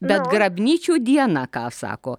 bet grabnyčių diena ką sako